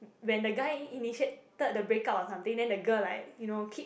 when the guy initiated the break up or something then the girl like you know keep